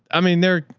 i mean, they're,